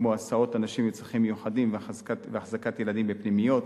כמו הסעות אנשים עם צרכים מיוחדים והחזקת ילדים בפנימיות,